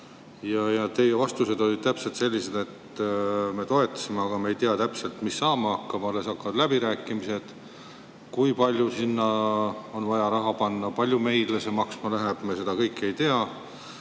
Teie vastused olid täpselt sellised, et me toetasime, aga me ei tea täpselt, mis saama hakkab, alles algavad läbirääkimised. Kui palju sinna on vaja raha panna, kui palju see meile maksma läheb, seda kõike ei tea.